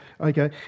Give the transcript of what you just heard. okay